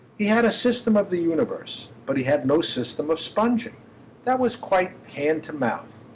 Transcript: he had a system of the universe, but he had no system of sponging that was quite hand-to-mouth.